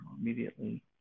immediately